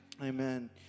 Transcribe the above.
Amen